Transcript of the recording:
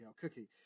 Cookie